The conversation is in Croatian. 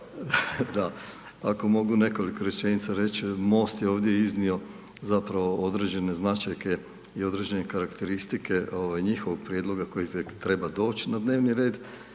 Evo, ako mogu nekoliko rečenica reć, MOST je ovdje iznio, zapravo, određene značajke i određene karakteristike njihovog prijedloga koji tek treba doć na dnevni red.